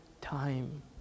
time